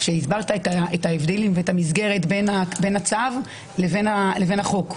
כשהסברת את ההבדלים ואת המסגרת בין הצו לבין החוק,